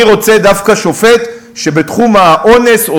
אני רוצה דווקא שופט שבתחום האונס,